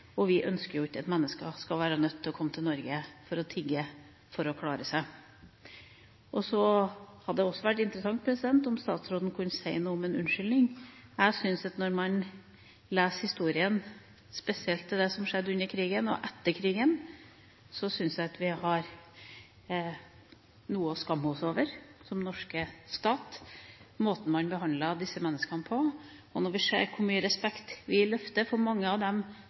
og vi ønsker jo ikke at mennesker skal være nødt til å komme til Norge for å tigge for å klare seg. Det hadde også vært interessant om statsråden kunne si noe om en unnskyldning. Jeg syns når man leser historien, spesielt det som skjedde under krigen og etter krigen, at vi har noe å skamme oss over, som den norske stat, om måten vi behandlet disse menneskene på. Når vi ser hvor mye respekt vi løfter for mange av dem